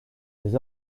des